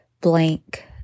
blank